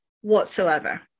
whatsoever